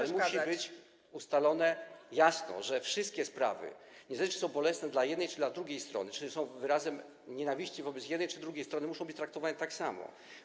ale musi być jasno ustalone, że wszystkie sprawy, niezależnie, czy są bolesne dla jednej, czy dla drugiej strony, czy są wyrazem nienawiści wobec jednej, czy drugiej strony, muszą być traktowane tak samo.